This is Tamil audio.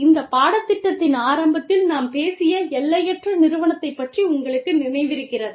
இந்த பாடத்திட்டத்தின் ஆரம்பத்தில் நாம் பேசிய எல்லையற்ற நிறுவனத்தைப் பற்றி உங்களுக்கு நினைவிருக்கிறதா